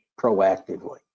proactively